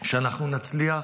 שאנחנו נצליח